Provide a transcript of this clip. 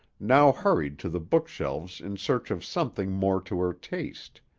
now hurried to the book-shelves in search of something more to her taste.